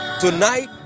tonight